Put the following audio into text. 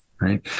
Right